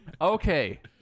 okay